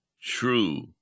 true